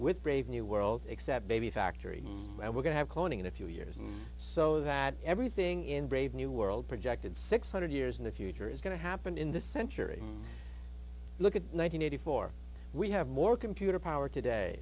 with brave new world except baby factory and we're going to have cloning in a few years and so that everything in brave new world projected six hundred years in the future is going to happen in this century look at nine hundred eighty four we have more computer power today